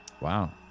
Wow